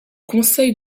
conseil